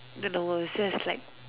then the world is just like